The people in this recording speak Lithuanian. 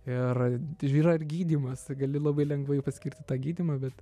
ir yra ir gydymas tu gali labai lengvai paskirti tą gydymą bet